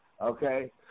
okay